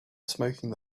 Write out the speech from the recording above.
smoking